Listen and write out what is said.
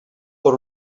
per